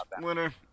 winner